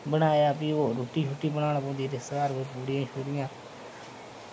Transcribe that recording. बनाया भी ओह् रुट्टी बनाना पौंदी रिश्तेदार कोई पूड़ियां